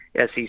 SEC